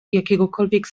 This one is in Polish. jakiegokolwiek